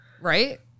Right